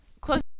Close-